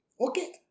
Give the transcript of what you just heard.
Okay